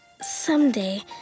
someday